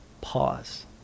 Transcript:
Pause